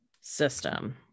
system